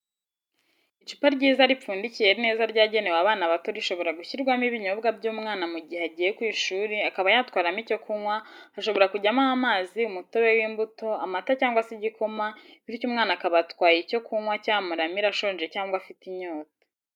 Icupa ryiza ripfundikiye neza ryagenewe abana bato rishobora gushyirwamo ibinyobwa by'umwana mu gihe agiye ku ishuri akaba yatwaramo icyo kunywa hashobora kujyamo amazi umutobe w'imbuto, amata cyangwa se igikoma bityo umwana akaba atwaye icyo kunywa cyamuramira ashonje cyangwa afite inyota